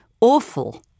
awful